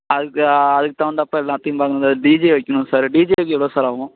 அதுக்கு அதுக்கு தகுந்தாப்போல எல்லாத்தையும் பார்க்கணும் சார் டிஜே வைக்கணும் சார் டிஜேக்கு எவ்வளோ சார் ஆகும்